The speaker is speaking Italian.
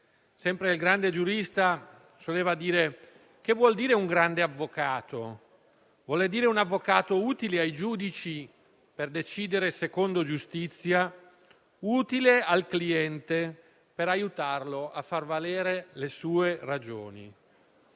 Sempre il grande giurista soleva dire: «Che vuol dire "grande avvocato"? Vuol dire avvocato utile ai giudici per aiutarli a decidere secondo giustizia, utile al cliente per aiutarlo a far valere le proprie ragioni».